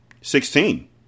Sixteen